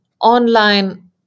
Online